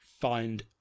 find